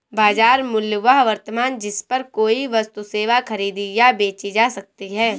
बाजार मूल्य वह वर्तमान जिस पर कोई वस्तु सेवा खरीदी या बेची जा सकती है